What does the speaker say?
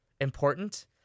important